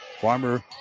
Farmer